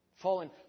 fallen